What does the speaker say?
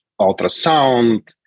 ultrasound